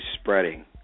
spreading